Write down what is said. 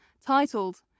titled